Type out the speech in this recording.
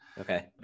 Okay